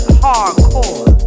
hardcore